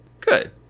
Good